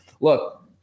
Look